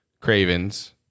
cravens